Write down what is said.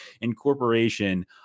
incorporation